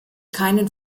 keinen